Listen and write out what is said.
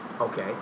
Okay